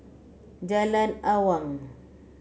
Jalan Awang